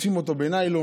עוטפים אותו בניילון,